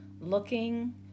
looking